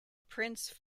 prince